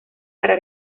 para